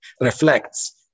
reflects